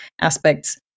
aspects